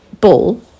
ball